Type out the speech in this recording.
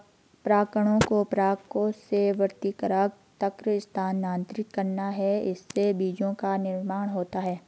परागकणों को परागकोश से वर्तिकाग्र तक स्थानांतरित करना है, इससे बीजो का निर्माण होता है